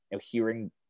hearing